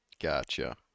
Gotcha